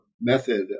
method